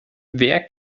wer